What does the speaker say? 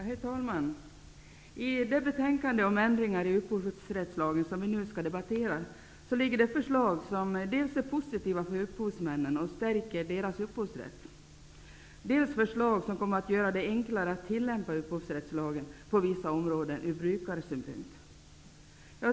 Herr talman! I det betänkande om ändringar i upphovsrättslagen som vi nu skall debattera finns dels förslag som är positiva för upphovsmännen och stärker deras upphovsrätt, dels förslag som kommer att göra det enklare att tillämpa upphovsrättslagen på vissa områden från brukarsynpunkt.